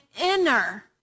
inner